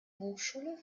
hochschule